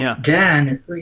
Dan